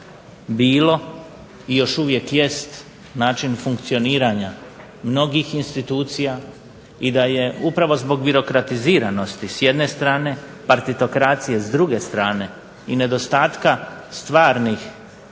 bilo i još uvijek jeste način funkcioniranja mnogih institucija, i da je upravo zbog birokratiziranosti s jedne strane, partitokraciji s druge strane, i nedostatka stvarnih, čvrstih